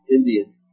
Indians